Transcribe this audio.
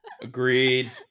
Agreed